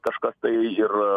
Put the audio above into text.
kažkas tai ir